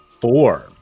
Four